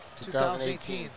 2018